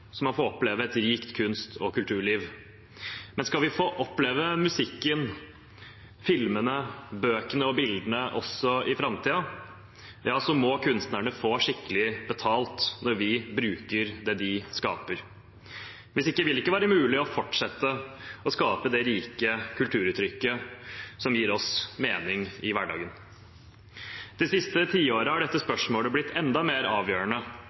så man får oppleve et rikt kunst- og kulturliv. Men skal vi få oppleve musikken, filmene, bøkene og bildene også i framtiden, må kunstnerne få skikkelig betalt når vi bruker det de skaper. Hvis ikke vil det ikke være mulig å fortsette å skape det rike kulturtrykket som gir oss mening i hverdagen. De siste tiårene har dette spørsmålet blitt enda mer avgjørende,